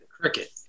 cricket